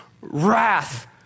wrath